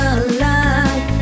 alive